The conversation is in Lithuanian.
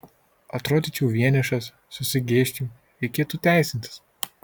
atrodyčiau vienišas susigėsčiau reikėtų teisintis